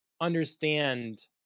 understand